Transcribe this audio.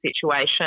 situation